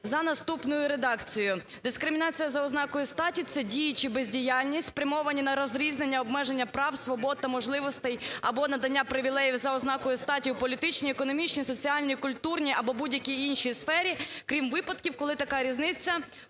за наступною редакцією. Дискримінація за ознакою статі – це дії чи бездіяльність, спрямовані на розрізнення обмеження прав, свобод та можливостей або надання привілеїв за ознакою статі в політичній, економічній, соціальній, культурні або будь-якій іншій сфері, крім випадків, коли така різниця